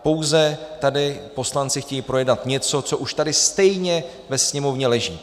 Pouze tady poslanci chtějí projednat něco, co už tady stejně ve Sněmovně leží.